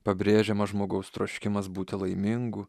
pabrėžiamas žmogaus troškimas būti laimingu